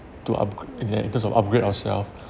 to upgr~ in and in terms of upgrade ourselves